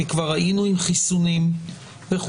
כי כבר היינו עם חיסונים וכו',